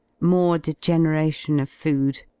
more degeneration of food,